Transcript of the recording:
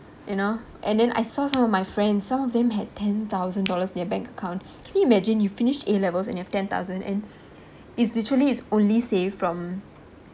you know and then I saw some of my friends some of them had ten thousand dollars in their bank account can you imagine you finished A levels and you have ten thousand and it's literally it's only say from